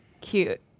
cute